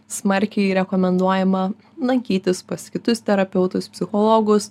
smarkiai rekomenduojama lankytis pas kitus terapeutus psichologus